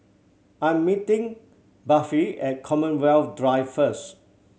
I'm meeting Buffy at Commonwealth Drive first